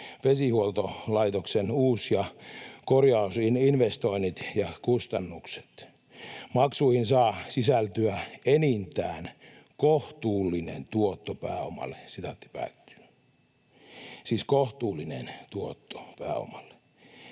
vesihuoltolaitoksen uus- ja korjausinvestoinnit ja kustannukset. Maksuihin saa sisältyä enintään kohtuullinen tuotto pääomalle.” Siis kohtuullinen tuotto pääomalle.